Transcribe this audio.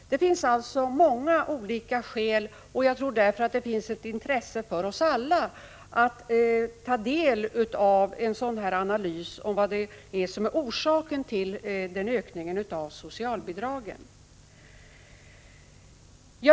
Det finns alltså många olika skäl, och jag tror att det finns ett intresse för oss alla att ta del av en analys av orsakerna till ökningen av socialbidragen.